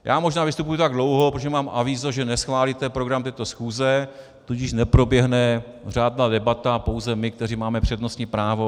Já možná vystupuji tak dlouho, protože mám avízo, že neschválíte program této schůze, tudíž neproběhne řádná debata, pouze my, kteří máme přednostní právo.